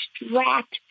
extract